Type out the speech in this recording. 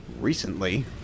Recently